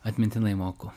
atmintinai moku